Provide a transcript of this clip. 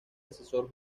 asesor